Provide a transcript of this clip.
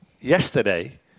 yesterday